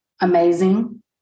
amazing